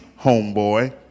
homeboy